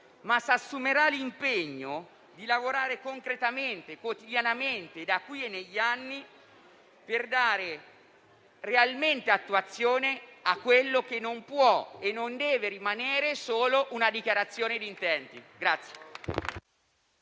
ma si assumerà l'impegno di lavorare concretamente, quotidianamente, da qui e negli anni per dare realmente attuazione a quella che non può e non deve rimanere solo una dichiarazione di intenti.